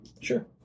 Sure